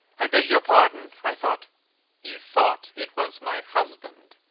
i beg your pardon. i thought you thought it was my husband.